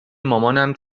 مامانم